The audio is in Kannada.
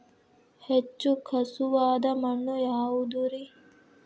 ಹೆಚ್ಚು ಖಸುವಾದ ಮಣ್ಣು ಯಾವುದು ರಿ?